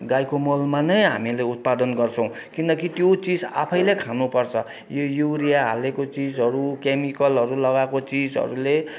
गाईको मलमा नै हामीले उत्पादन गर्छौँ किनकि त्यो चिज आफैँले खानु पर्छ यो युरिया हालेको चिजहरू केमिकलहरू लगाएको चिजहरूले